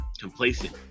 complacent